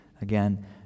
Again